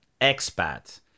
expat